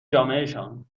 جامعهشان